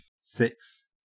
six